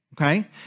okay